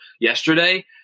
yesterday